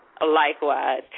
likewise